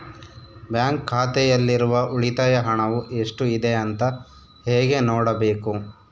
Bank ಖಾತೆಯಲ್ಲಿರುವ ಉಳಿತಾಯ ಹಣವು ಎಷ್ಟುಇದೆ ಅಂತ ಹೇಗೆ ನೋಡಬೇಕು?